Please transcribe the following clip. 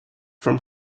from